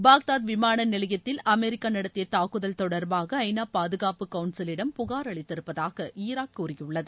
Baghdad விமான நிலையத்தில் America நடத்திய தாக்குதல் தொடர்பாக ஐ நா பாதுகாப்பு கவுன்சிலிடம் புகார் அளித்திருப்பதாக ஈராக் கூறியுள்ளது